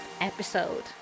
episode